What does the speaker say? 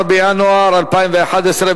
19 בינואר 2011,